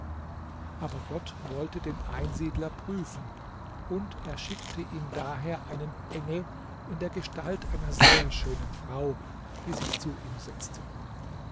aber gott wollte den einsiedler prüfen er schickte ihm daher einen engel in der gestalt einer sehr schönen frau die sich zu ihm setzte